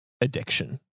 addiction